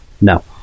no